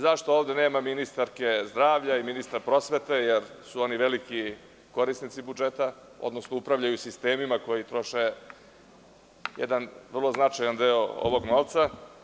Zašto ovde nema ministarke zdravlja i ministra prosvete, jer su oni veliki korisnici budžeta, odnosno upravljaju sistemima koji troše jedan vrlo značajan deo ovog novca.